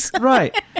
right